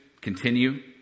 Continue